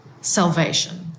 salvation